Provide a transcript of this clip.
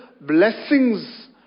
blessings